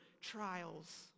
trials